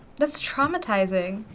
that's traumatizing.